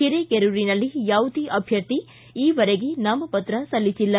ಹಿರೇಕೆರೂರಿನಲ್ಲಿ ಯಾವುದೇ ಅಧ್ಯರ್ಥಿ ಈವರೆಗೆ ನಾಮಪತ್ರ ಸಲ್ಲಿಬಲ್ಲ